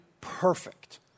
perfect